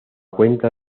cuenta